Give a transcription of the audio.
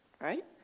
right